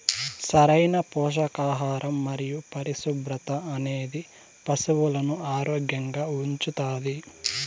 సరైన పోషకాహారం మరియు పరిశుభ్రత అనేది పశువులను ఆరోగ్యంగా ఉంచుతాది